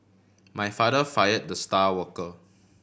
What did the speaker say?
my father fired the star worker